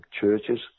churches